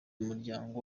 umuryango